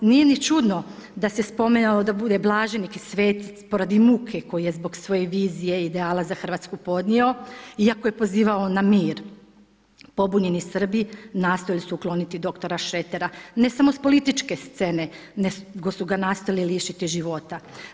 Nije ni čudno da se spominjalo da bude blaženik i svetac pored muke koju je zbog svoje vizije i ideala za Hrvatsku podnio, iako je pozivao na mir, pobunjeni Srbi nastojali su ukloniti dr. Šretera, ne samo s političke scene, nego su ga nastojali lišiti života.